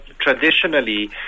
traditionally